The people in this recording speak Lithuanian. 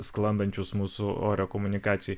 sklandančius mūsų ore komunikacijoj